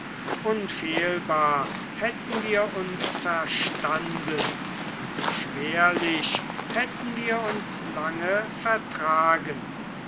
unfehlbar hätten wir uns verstanden und schwerlich hätten wir uns lange vertragen